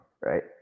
right